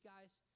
guys